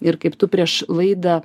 ir kaip tu prieš laidą